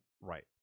Right